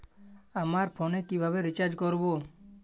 আমার ফোনে কিভাবে রিচার্জ করবো?